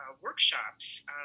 workshops